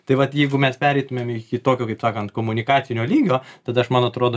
tai vat jeigu mes pereitumėm iki tokio kaip sakant komunikacinio lygio tada aš man atrodo